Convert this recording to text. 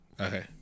Okay